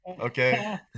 Okay